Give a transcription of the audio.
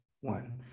one